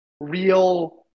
real